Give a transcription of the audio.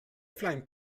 flying